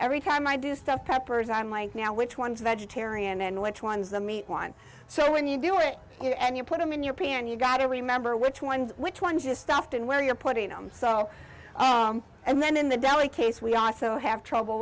every time i do stuff peppers on my now which one is a vegetarian and which one's the meat one so when you do it you know and you put them in your pea and you gotta remember which ones which one just stuffed and where you're putting them so and then in the deli case we also have trouble